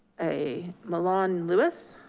a milan lewis.